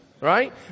Right